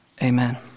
Amen